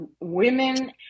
women